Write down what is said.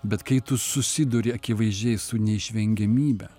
bet kai tu susiduri akivaizdžiai su neišvengiamybe